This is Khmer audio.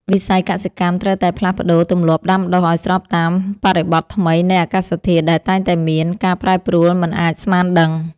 វិស័យកសិកម្មត្រូវតែផ្លាស់ប្តូរទម្លាប់ដាំដុះឱ្យស្របតាមបរិបទថ្មីនៃអាកាសធាតុដែលតែងតែមានការប្រែប្រួលមិនអាចស្មានដឹង។